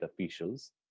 officials